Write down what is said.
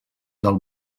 del